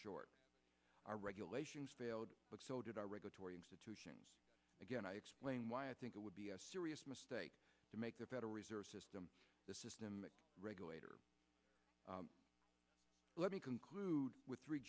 short our regulations failed but so did our regulatory institutions again i explain why i think it would be a serious mistake to make the federal reserve system the system regulator let me conclude with three